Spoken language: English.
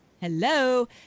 Hello